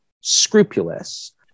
scrupulous